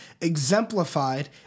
exemplified